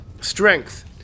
strength